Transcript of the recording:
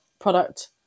product